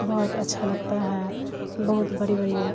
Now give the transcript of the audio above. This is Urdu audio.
بہت اچھا لگتا ہے بہت بڑی بڑی